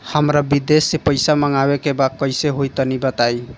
हमरा विदेश से पईसा मंगावे के बा कइसे होई तनि बताई?